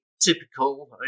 typical